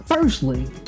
Firstly